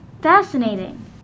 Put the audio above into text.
Fascinating